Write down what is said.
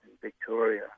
Victoria